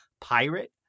Pirate